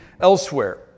elsewhere